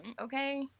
okay